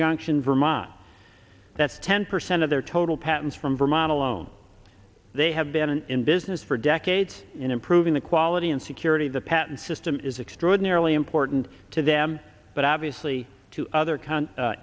junction vermont that's ten percent of their total patents from vermont alone they have been in business for decades in improving the quality and security of the patent system is extraordinarily important to them but obviously to other